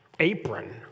apron